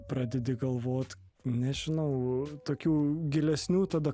pradedi galvot nežinau tokių gilesnių tada